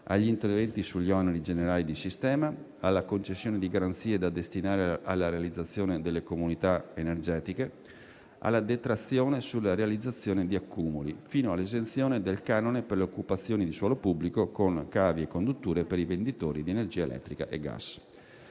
agli interventi sugli oneri generali di sistema, alla concessione di garanzie da destinare alla realizzazione delle comunità energetiche, alla detrazione sulla realizzazione di accumuli, fino all'esenzione del canone per l'occupazione di suolo pubblico con cavi e condutture per i venditori di energia elettrica e gas.